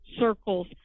circles